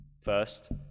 First